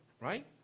right